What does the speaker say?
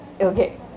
Okay